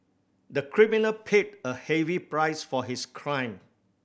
the criminal paid a heavy price for his crime